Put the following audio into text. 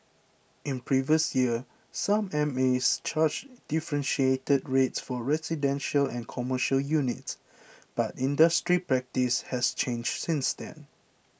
in previous years some MAs charged differentiated rates for residential and commercial units but industry practice has changed since then